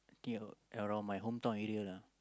I think around my hometown area lah